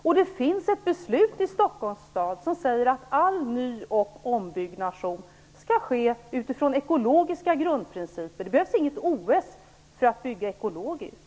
Och det finns ett beslut i Stockholms stad som säger att all ny och ombyggnation skall ske utifrån ekologiska grundprinciper. Det behövs inget OS för att bygga ekologiskt.